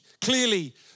clearly